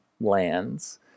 lands